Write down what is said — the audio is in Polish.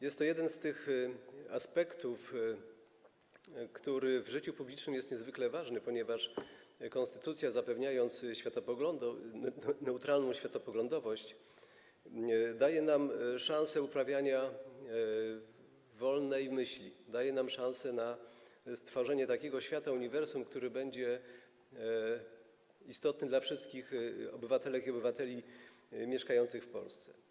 Jest to jeden z tych aspektów, które w życiu publicznym są niezwykle ważne, ponieważ konstytucja, zapewniając neutralność światopoglądową, daje nam szansę uprawiania wolnej myśli, daje nam szansę na stworzenie takiego świata, uniwersum, który będzie istotny dla wszystkich obywatelek i obywateli mieszkających w Polsce.